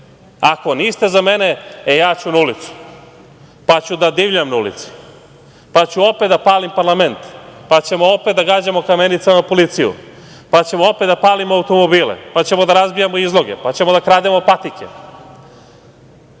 ako niste za mene, e ja ću na ulicu, pa ću da divljam na ulici, pa ću opet da palim parlament, pa ćemo opet da gađamo kamenicama policiju, pa ćemo opet da palimo automobile, pa ćemo da razbijamo izloge, pa ćemo da krademo patike,